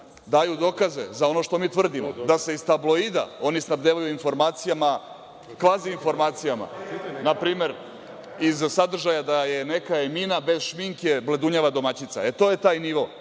daju dokaze za ono što mi tvrdimo, da se iz tabloida oni snabdevaju informacijama, kvaziinformacijama, npr. iz sadržaja da je neka Emina bez šminke bledunjava domaćica. E, to je taj nivo